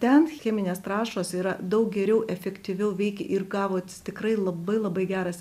ten cheminės trąšos yra daug geriau efektyviau veikia ir gavo tikrai labai labai geras